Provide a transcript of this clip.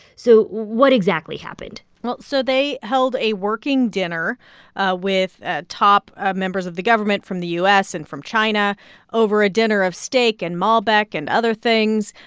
so what exactly happened? well, so they held a working dinner ah with ah top ah members of the government from the u s. and from china over a dinner of steak and malbec and other things.